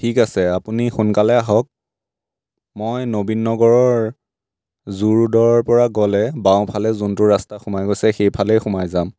ঠিক আছে আপুনি সোনকালে আহক মই নবীন নগৰৰ জু ৰোডৰ পৰা গ'লে বাওঁফালে যোনটো ৰাস্তা সোমাই গৈছে সেইফালেই সোমাই যাম